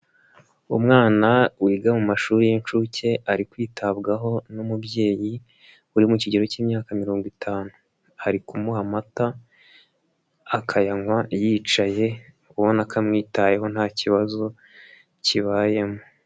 Umwana wiga mu mashuri y'inshuke ari kwitabwaho n'umubyeyi uri mu kigero cy'imyaka mirongo itanu ari kumuha amata akayanywa yicaye abona ko amwitayeho nta kibazo kibayemo.